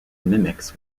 mimics